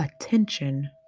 attention